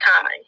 time